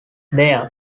their